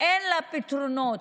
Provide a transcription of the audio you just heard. אין פתרונות.